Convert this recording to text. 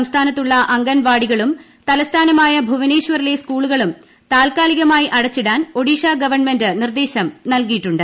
സംസ്ഥാനത്തുള്ള അംഗൻവാടികളും തലസ്ഥാനമായ ഭുവനേശ്വറിലെ സ്കൂളുകളും താൽക്കാലികമായി അടച്ചിടാൻ ഒഡീഷ ഗവൺമെന്റ് നിർദ്ദേശം നൽകിയിട്ടുണ്ട്